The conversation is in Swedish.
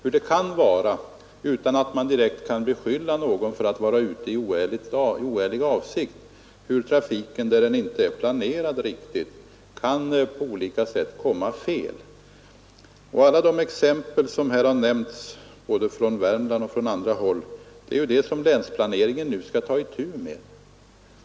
Trafiken kan där den inte är riktigt planerad på olika sätt ”komma fel”, vilket sker utan att man ändå kan beskylla någon för att vara ute i oärliga avsikter. Alla de exempel som angivits från Värmland och andra håll är ju saker som länsplaneringen nu skall ta itu med.